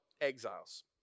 exiles